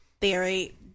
theory